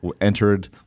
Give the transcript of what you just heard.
entered